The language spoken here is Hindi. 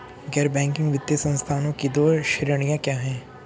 गैर बैंकिंग वित्तीय संस्थानों की दो श्रेणियाँ क्या हैं?